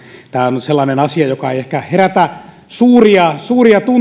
tämä on sellainen asia joka ei ehkä herätä suuria suuria